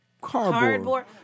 cardboard